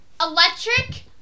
Electric